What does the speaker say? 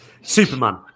Superman